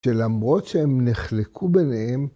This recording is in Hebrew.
‫שלמרות שהם נחלקו ביניהם,